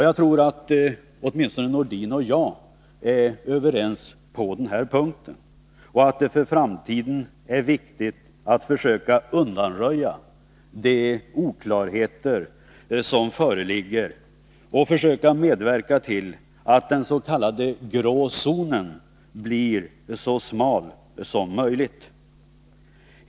Jag tror att åtminstone Sven-Erik Nordin och jag är överens om att det för framtiden är viktigt att försöka undanröja de oklarheter som föreligger och medverka till att den s.k. grå zonen blir så smal som möjligt.